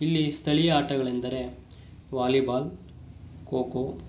ಇಲ್ಲಿ ಸ್ಥಳೀಯ ಆಟಗಳೆಂದರೆ ವಾಲಿಬಾಲ್ ಖೋಖೋ